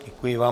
Děkuji vám.